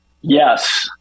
Yes